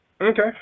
Okay